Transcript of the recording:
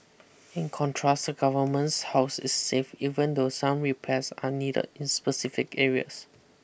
in contrast the government's house is safe even though some repairs are needed in specific areas